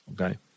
Okay